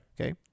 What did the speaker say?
Okay